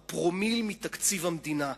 הוא פרומיל מתקציב המדינה.